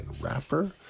rapper